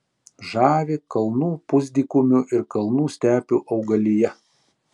žavi kalnų pusdykumių ir kalnų stepių augalija